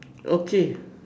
okay